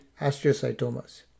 astrocytomas